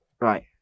right